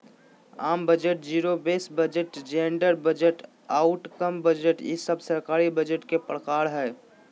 आम budget, zero base budget, gender budget, outcome budget ई सब सरकारी बजट के प्रकार हय